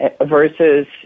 versus